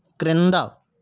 క్రింద